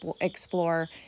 explore